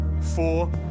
Four